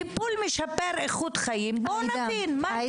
"טיפול משפר איכות חיים" בואו נבין מה זה.